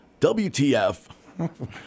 WTF